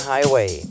Highway